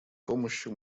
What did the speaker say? помощью